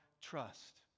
trust